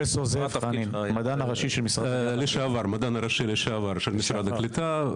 אני המדען הראשי לשעבר של משרד הקליטה.